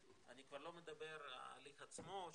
אני כבר לא מדבר על ההליך עצמו,